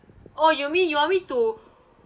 oh you mean you want me to